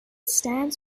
stands